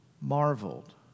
marveled